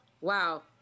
Wow